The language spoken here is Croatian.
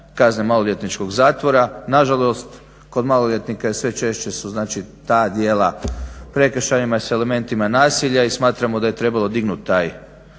kazne maloljetničkog zakona. Nažalost kod maloljetnika su sve češće ta dijela prekršajima i sa elementima nasilja i smatramo da je trebalo dignut taj